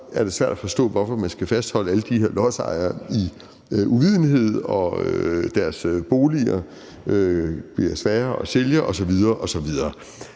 side er svært at forstå, hvorfor man skal fastholde alle de her lodsejere i uvidenhed, mens deres boliger bliver sværere at sælge osv.